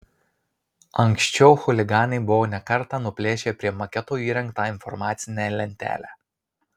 anksčiau chuliganai buvo ne kartą nuplėšę prie maketo įrengtą informacinę lentelę